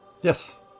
Yes